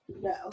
no